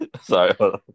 Sorry